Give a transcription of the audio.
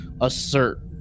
assert